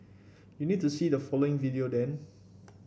you need to see the following video then